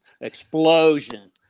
explosion